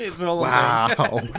Wow